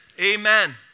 Amen